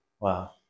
Wow